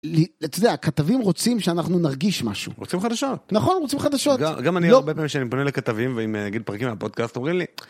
לצדק, הכתבים רוצים שאנחנו נרגיש משהו. רוצים חדשות. נכון, רוצים חדשות. גם אני הרבה פעמים כשאני פונה לכתבים והם נגיד פרקים מהפודקאסט, אומרים לי,